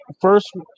first